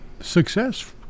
success